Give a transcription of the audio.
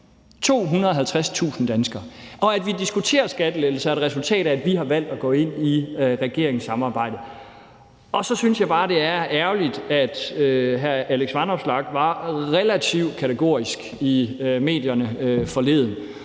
250.000 danskere. Og at vi diskuterer skattelettelser, er et resultat af, at vi har valgt at gå ind i regeringssamarbejdet. Og så synes jeg bare, det er ærgerligt, at hr. Alex Vanopslagh var relativt kategorisk i medierne forleden,